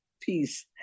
Peace